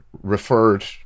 referred